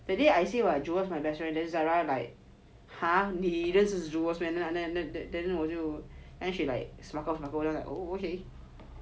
that day I say [what] jewels my best friend then zara like !huh! 你认识 jewels meh 我就 then she like then I'm like !oho! okay